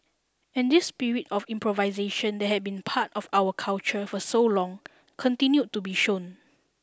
and this spirit of improvisation that had been part of our culture for so long continued to be shown